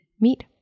meet